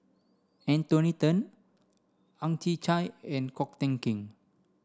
Anthony Then Ang Chwee Chai and Ko Teck Kin